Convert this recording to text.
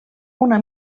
una